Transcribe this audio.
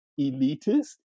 elitist